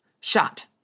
shot